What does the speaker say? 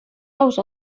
ous